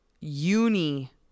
uni